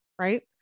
Right